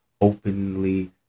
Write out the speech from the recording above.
openly